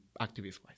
activist-wise